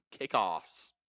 Kickoffs